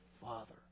Father